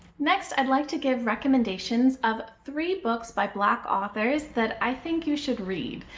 next i'd like to give recommendations of three books by black authors that i think you should read.